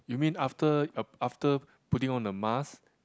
you mean after after putting on the mask